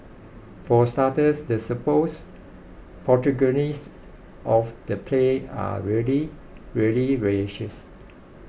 for starters the supposed protagonists of the play are really really racist